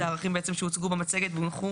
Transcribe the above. זה ערכים שבעצם שהוצגו במצגת והונחו